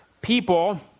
people